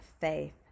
faith